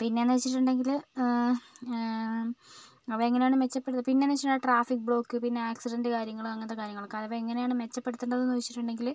പിന്നെന്ന് വെച്ചിട്ടുണ്ടെങ്കിൽ അവ എങ്ങനെയാണ് മെച്ചപ്പെടുത്തന്നത് പിന്നെന്ന് വെച്ചിട്ടുണ്ടേൽ ട്രാഫിക് ബ്ലോക്ക് പിന്നെ ആക്സിഡന്റ് കാര്യങ്ങള് അങ്ങനത്തെ കാര്യങ്ങള് അവ എങ്ങനെയാണ് മെച്ചപ്പെടുത്തേണ്ടതെന്ന് ചോദിച്ചിട്ടുണ്ടെങ്കിൽ